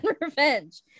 Revenge